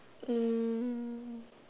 um